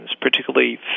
particularly